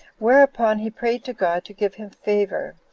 whereupon he prayed to god to give him favor,